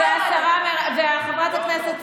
חצופה.